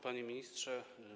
Panie Ministrze!